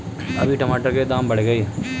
अभी टमाटर के दाम बढ़ गए